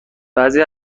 بعضی